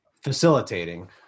facilitating